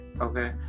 okay